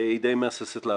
היא די מהססת לעשות.